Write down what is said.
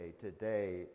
today